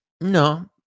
No